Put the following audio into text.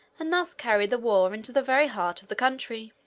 and thus carry the war into the very heart of the country.